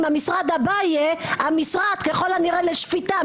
המשרד הבא יהיה המשרד ככל הנראה לשפיטה,